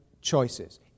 choices